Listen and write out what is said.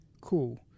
cool